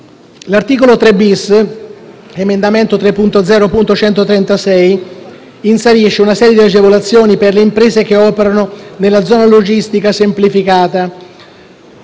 L'articolo 3-*bis* (emendamento 3.0.136 (testo 2)) inserisce una serie di agevolazioni per le imprese che operano nella zona logistica semplificata